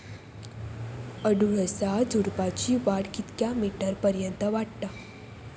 अडुळसा झुडूपाची वाढ कितक्या मीटर पर्यंत वाढता?